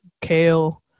kale